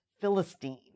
Philistine